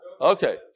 Okay